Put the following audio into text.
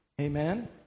Amen